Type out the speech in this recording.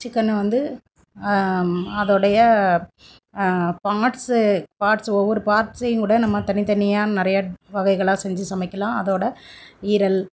சிக்கனை வந்து அதோடய பார்ட்ஸு பார்ட்ஸ் ஒவ்வொரு பார்ட்ஸையும் கூட நம்ம தனித்தனியாக நிறையா வகைகளாக செஞ்சு சமைக்கலாம் அதோட ஈரல்